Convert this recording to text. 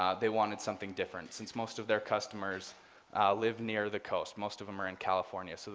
ah they wanted something different since most of their customers live near the coast, most of them are in california. so